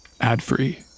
ad-free